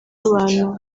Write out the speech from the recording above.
abantu